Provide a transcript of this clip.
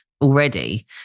already